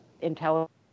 intelligence